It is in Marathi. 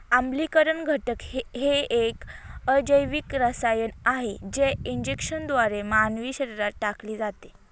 आम्लीकरण घटक हे एक अजैविक रसायन आहे जे इंजेक्शनद्वारे मानवी शरीरात टाकले जाते